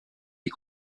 est